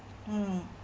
mm